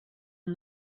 and